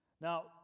Now